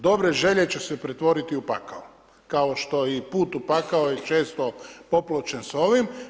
Dobre želje će se pretvoriti u pakao, kao što i put u pakao je često popločen s ovim.